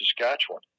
saskatchewan